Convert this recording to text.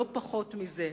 לא פחות מזה.